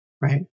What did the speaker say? right